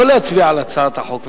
לא להצביע על הצעת החוק,